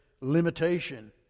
limitation